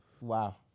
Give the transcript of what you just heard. Wow